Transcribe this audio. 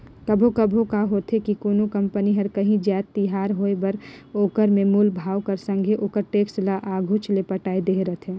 कभों कभों का होथे कि कोनो कंपनी हर कांही जाएत तियार होय पर में ओकर मूल भाव कर संघे ओकर टेक्स ल आघुच ले पटाए देहे रहथे